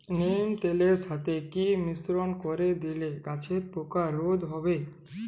নিম তেলের সাথে কি মিশ্রণ করে দিলে গাছের পোকা রোধ হবে?